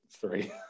three